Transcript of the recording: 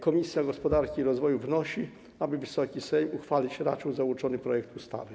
Komisja Gospodarki i Rozwoju wnosi, aby Wysoki Sejm uchwalić raczył załączony projekt ustawy.